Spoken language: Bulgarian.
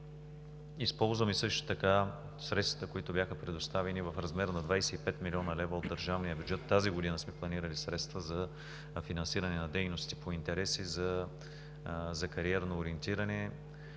Използваме също така средствата, които бяха предоставени, в размер на 25 млн. лв. от държавния бюджет. Тази година сме планирали средства за финансиране на дейности по интереси за кариерно ориентиране.